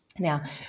Now